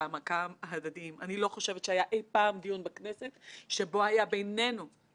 אני מקווה שדיוני הוועדה והדוח יבהירו מעל לכל ספק שבסך הכול